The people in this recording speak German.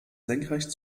senkrecht